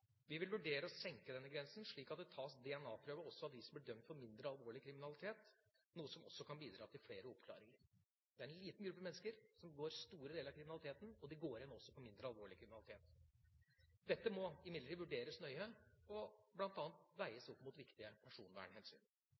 Vi vil vurdere å senke denne grensen, slik at det tas DNA-prøve også av dem som blir dømt for mindre alvorlig kriminalitet, noe som kan bidra til flere oppklaringer. Det er en liten gruppe mennesker som begår store deler av kriminaliteten, og de går igjen også når det gjelder mindre alvorlig kriminalitet. Dette må imidlertid vurderes nøye og bl.a. veies opp mot viktige personvernhensyn.